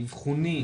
האבחוני,